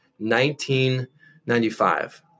1995